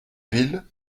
ville